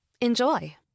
enjoy